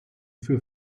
für